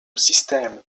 system